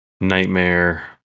nightmare